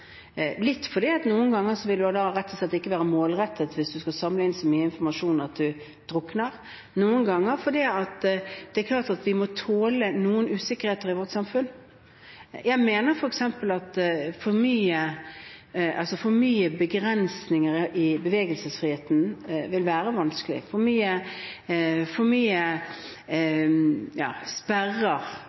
noen ganger fordi det rett og slett ikke vil være målrettet hvis du skal sammenligne så mye informasjon at du drukner i informasjon, og noen ganger fordi vi må tåle noen usikkerheter i vårt samfunn. Jeg mener f.eks. at for mye begrensninger i bevegelsesfriheten, for mye sperrer, vil være vanskelig.